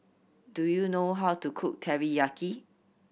do you know how to cook Teriyaki